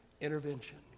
intervention